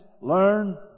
learn